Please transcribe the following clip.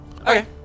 okay